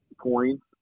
points